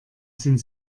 sind